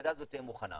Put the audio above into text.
המפקדה הזאת תהיה מוכנה,